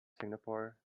singapore